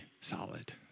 solid